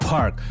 Park